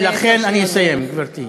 ולכן אני אסיים, גברתי.